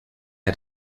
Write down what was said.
had